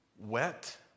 Wet